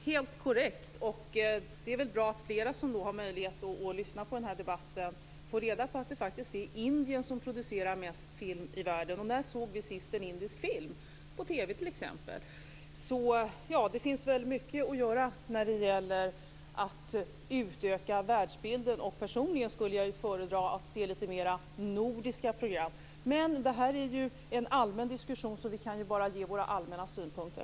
Herr talman! Det är helt korrekt. Det är väl bra att flera som har möjlighet att lyssna på den här debatten får reda på att det faktiskt är Indien som producerar mest film i världen. När såg vi senast en indisk film på TV? Det finns mycket att göra när det gäller att utöka världsbilden. Personligen skulle jag föredra att se litet mer nordiska program. Men det här är en allmän diskussion, så vi kan bara ge våra allmänna synpunkter.